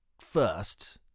first